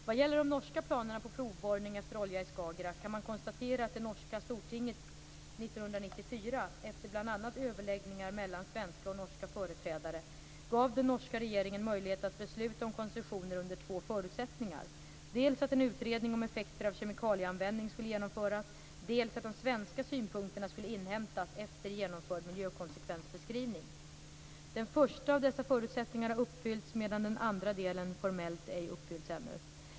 Vad gäller de norska planerna på provborrning efter olja i Skagerrak kan man konstatera att det norska stortinget 1994, efter bl.a. överläggningar mellan svenska och norska företrädare, gav den norska regeringen möjlighet att besluta om koncessioner under två förutsättningar: dels att en utredning om effekter av kemikalieanvändning skulle genomföras, dels att de svenska synpunkterna skulle inhämtas efter genomförd miljökonsekvensbeskrivning. Den första av dessa förutsättningar har uppfyllts, medan den andra delen formellt ej uppfyllts ännu.